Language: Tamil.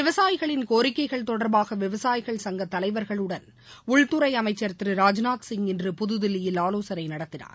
விவசாயிகளின் கோரிக்கைகள் தொடர்பாக விவசாயிகள் சங்க தலைவர்களுடன் உள்துறை அமைச்சர் திரு ராஜ்நாத்சிங் இன்று புதுதில்லியில் ஆலோசனை நடத்தினார்